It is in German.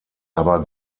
aber